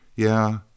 Yeah